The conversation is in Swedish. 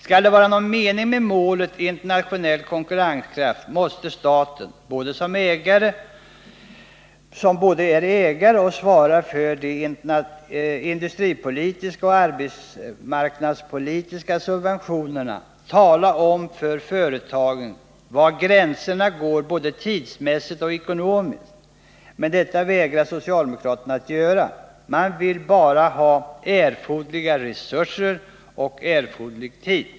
Skall det vara någon mening med målet internationell konkurrenskraft måste staten — som både är ägare och svarar för de industripolitiska och arbetsmarknadspolitiska subventionerna — tala om för företagen var gränserna går både tidsmässigt och ekonomiskt. Men detta vägrar socialdemokraterna att göra. Man vill bara ha ”erforderliga” resurser och ”erforderlig” tid.